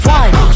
one